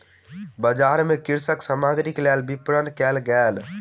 बजार मे कृषि सामग्रीक लेल विपरण कयल गेल